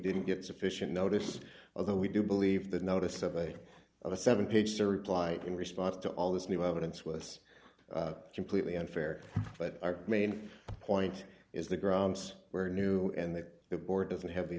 didn't get sufficient notice although we do believe the notice of a of a seven page to reply in response to all this new evidence was completely unfair but our main point is the grounds were new and that the board doesn't have the